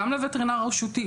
גם לווטרינר הרשותי.